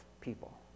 people